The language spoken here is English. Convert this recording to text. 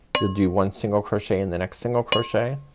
you'll do one single crochet in the next single crochet